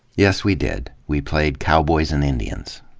yes, we did. we played cowboys and indians,